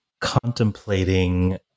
contemplating